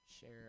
share